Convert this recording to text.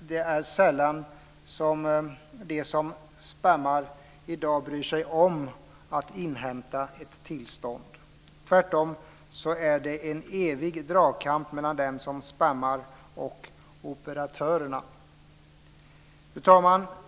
det är sällan som de som spammar i dag bryr sig om att inhämta tillstånd. Tvärtom är det en evig dragkamp mellan dem som spammar och operatörerna. Fru talman!